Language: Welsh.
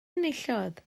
enillodd